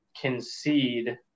concede